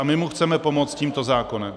A my mu chceme pomoct tímto zákonem.